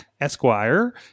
Esquire